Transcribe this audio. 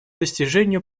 достижению